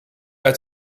uit